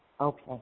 Okay